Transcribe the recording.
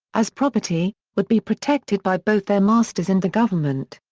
as property, would be protected by both their masters and the government.